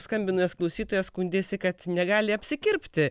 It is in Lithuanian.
skambinęs klausytojas skundėsi kad negali apsikirpti